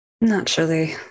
Naturally